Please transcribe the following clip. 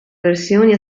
versioni